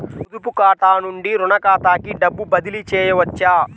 పొదుపు ఖాతా నుండీ, రుణ ఖాతాకి డబ్బు బదిలీ చేయవచ్చా?